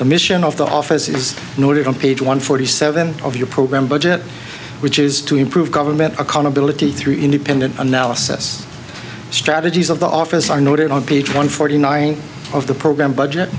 the mission of the office is noted on page one forty seven of your program budget which is to improve government accountability three independent analysis strategies of the office are noted on page one forty nine of the program budget